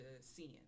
seeing